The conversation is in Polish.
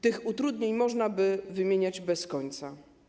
Te utrudnienia można by wymieniać bez końca.